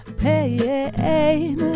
pain